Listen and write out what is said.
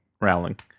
Rowling